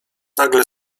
nagle